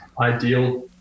ideal